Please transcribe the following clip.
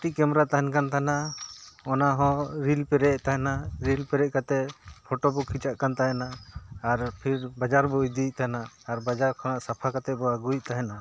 ᱠᱟᱹᱴᱤᱡ ᱠᱮᱢᱮᱨᱟ ᱛᱟᱦᱮᱱ ᱠᱟᱱ ᱛᱟᱦᱮᱱᱟ ᱚᱱᱟ ᱦᱚᱸ ᱨᱤᱞ ᱯᱮᱨᱮᱡ ᱛᱟᱦᱮᱱᱟ ᱨᱤᱞ ᱯᱮᱨᱮᱡ ᱠᱟᱛᱮ ᱯᱷᱚᱴᱳ ᱠᱚ ᱠᱷᱤᱪᱟᱹᱜ ᱠᱟᱱ ᱛᱟᱦᱮᱱᱟ ᱟᱨ ᱯᱷᱤᱨ ᱵᱟᱡᱟᱨ ᱵᱚ ᱤᱫᱤᱭᱮᱫ ᱛᱟᱦᱮᱱᱟ ᱟᱨ ᱵᱟᱡᱟᱨ ᱠᱷᱚᱱᱟᱜ ᱥᱟᱯᱷᱟ ᱠᱟᱛᱮ ᱵᱚ ᱟᱹᱜᱩᱭᱮᱫ ᱛᱟᱦᱮᱱᱟ